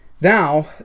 Now